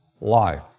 life